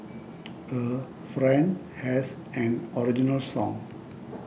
a friend has an original song